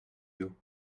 you